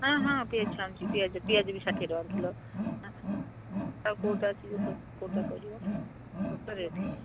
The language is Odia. ହଁ ହଁ ପିଆଜି ଛାଣୁଛି ପିଆଜ ପିଆଜ ବି ଷାଠିଏ ଟଙ୍କା କିଲୋ ଆ କେଉଁଟା ଅଛି ଯେ କେଉଁଟା କରିବ ଉପରେ